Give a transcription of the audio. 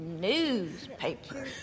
Newspaper